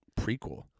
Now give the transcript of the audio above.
Prequel